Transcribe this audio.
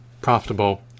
profitable